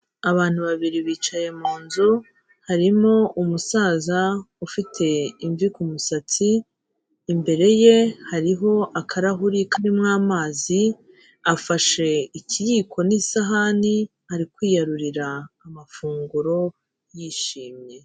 Abantu babiri bicaye mu nzu, harimo umusaza ufite imvi ku musatsi, imbere ye hariho akarahuri karimo amazi, afashe ikiyiko n'isahani ari kwiyarurira amafunguro yishimye.